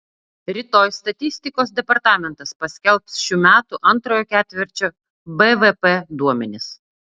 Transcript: rytoj statistikos departamentas paskelbs šių metų antrojo ketvirčio bvp duomenis